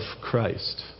Christ